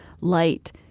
light